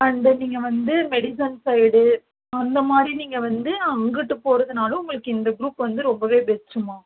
and நீங்கள் வந்து medicine side அந்தமாதிரி நீங்கள் வந்து அங்கிட்டுப் போகிறதுனாலும் உங்களுக்கு இந்த குரூப் வந்து ரொம்பவே பெஸ்ட்டுமா